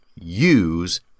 use